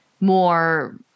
more